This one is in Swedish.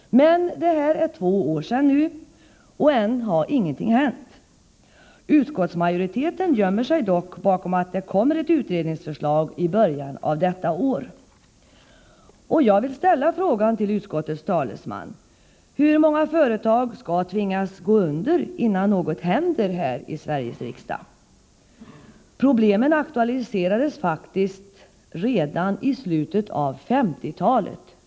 Detta var två år sedan, men ännu har ingenting hänt. Utskottsmajoriteten gömmer sig bakom att det kommer ett utredningsförslag i början av detta år. Jag vill ställa följande fråga till utskottets talesman: Hur många företag skall tvingas gå under innan något händer här i Sveriges riksdag? Problemen aktualiserades faktiskt redan i slutet av 1950-talet.